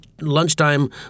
lunchtime